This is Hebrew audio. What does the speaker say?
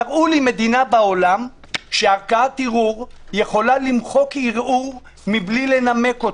תראו לי מדינה בעולם שערכאת ערעור יכולה למחוק ערעור מבלי לנמק אותו.